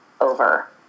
over